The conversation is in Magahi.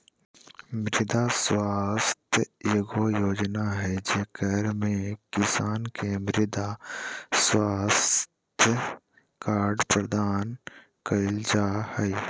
मृदा स्वास्थ्य एगो योजना हइ, जेकरा में किसान के मृदा स्वास्थ्य कार्ड प्रदान कइल जा हइ